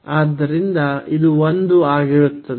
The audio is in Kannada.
ಆದ್ದರಿಂದ ಇದು 1 ಆಗಿರುತ್ತದೆ